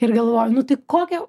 ir galvojau nu tai kokią